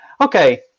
Okay